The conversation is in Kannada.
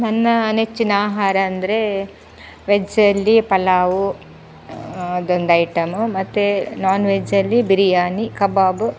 ನನ್ನ ನೆಚ್ಚಿನ ಆಹಾರ ಅಂದರೆ ವೆಜ್ಜಲ್ಲಿ ಪಲಾವು ಅದೊಂದು ಐಟಮು ಮತ್ತು ನಾನ್ ವೆಜ್ಜಲ್ಲಿ ಬಿರಿಯಾನಿ ಕಬಾಬು